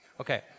Okay